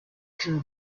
can